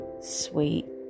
sweet